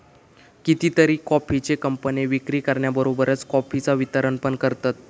कितीतरी कॉफीचे कंपने विक्री करण्याबरोबरच कॉफीचा वितरण पण करतत